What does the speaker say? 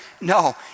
No